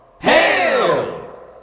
Hail